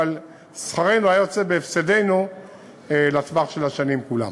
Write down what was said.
אבל שכרנו היה יוצא בהפסדנו בטווח של השנים כולן.